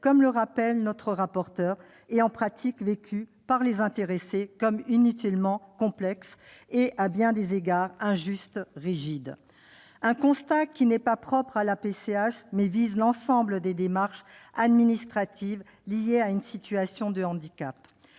comme l'a rappelé notre rapporteur, il est en pratique vu par les intéressés comme inutilement complexe et, à bien des égards, injustement rigide. Ce constat n'est pas propre à la PCH ; il vise l'ensemble des démarches administratives liées à une situation de handicap.